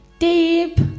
Deep